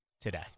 today